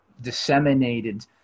disseminated